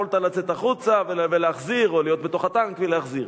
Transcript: יכולת לצאת החוצה או להחזיר או להיות בתוך הטנק ולהחזיר.